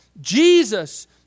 Jesus